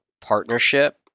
partnership